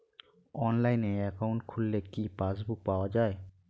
অনলাইনে একাউন্ট খুললে কি পাসবুক পাওয়া যায়?